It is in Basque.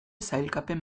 sailkapen